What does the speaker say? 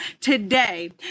today